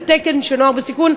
על תקן של נוער בסיכון,